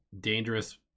dangerous